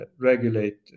regulate